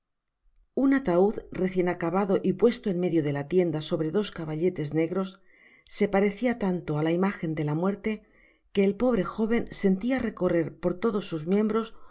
un ataud recien acabado y puesto en medio de la tienda sobre dos caballetes negros se parecia tanto á la imagen de la muerte que el pobre joven sentia recorrer por todos sus miembros